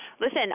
Listen